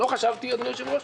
לא חשבתי, אדוני היושב-ראש,